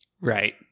right